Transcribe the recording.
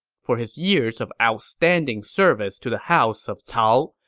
for his years of outstanding service to the house of cao,